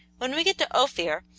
when we get to ophir,